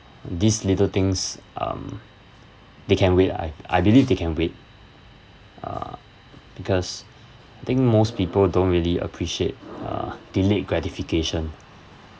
these little things um they can wait I I believe they can wait uh because I think most people don't really appreciate uh delayed gratification